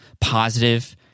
positive